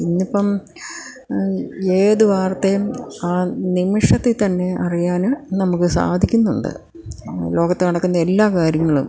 ഇന്നിപ്പം ഏത് വാർത്തയും ആ നിമിഷത്തിൽ തന്നെ അറിയാൻ നമുക്ക് സാധിക്കുന്നുണ്ട് ലോകത്ത് നടക്കുന്ന എല്ലാ കാര്യങ്ങളും